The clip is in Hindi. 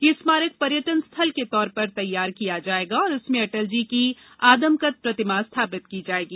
ये स्मारक पर्यटन स्थल के तौर पर तैयार किया जाएगा और इसमें अटलजी की आदमकद प्रतिमा स्थापित की जाएगी